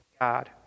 God